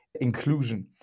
inclusion